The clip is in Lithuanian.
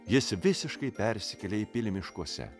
jis visiškai persikėlė į pilį miškuose